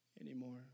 anymore